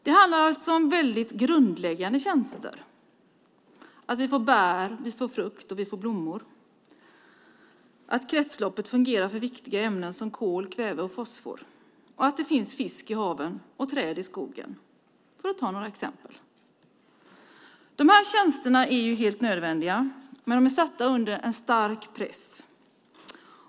Det handlar alltså om väldigt grundläggande tjänster, att vi får bär, att vi får frukt, att vi får blommor, att kretsloppet fungerar för viktiga ämnen som kol, kväve och fosfor och att det finns fisk i haven och träd i skogen, för att ta några exempel. De här tjänsterna är helt nödvändiga, men de är satta under en stark press.